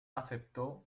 aceptó